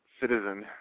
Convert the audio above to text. citizen